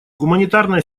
гуманитарная